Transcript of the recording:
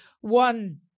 one